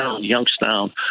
Youngstown